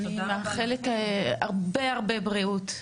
אני מאחלת הרבה הרבה בריאות,